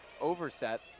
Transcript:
overset